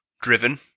Driven